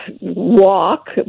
walk